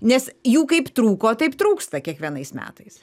nes jų kaip trūko taip trūksta kiekvienais metais